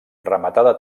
rematada